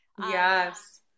yes